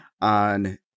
on